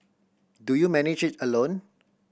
do you manage it alone